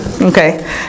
okay